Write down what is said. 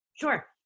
Sure